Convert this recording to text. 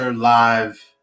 live